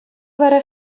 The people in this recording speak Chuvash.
вара